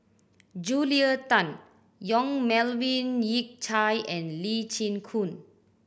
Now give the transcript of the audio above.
Julia Tan Yong Melvin Yik Chye and Lee Chin Koon